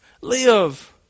Live